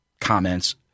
comments